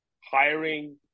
hiring